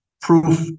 proof